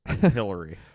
Hillary